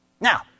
Now